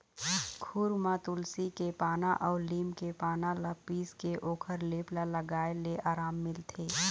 खुर म तुलसी के पाना अउ लीम के पाना ल पीसके ओखर लेप ल लगाए ले अराम मिलथे